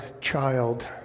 child